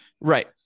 Right